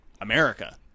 America